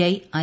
I I